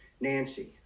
Nancy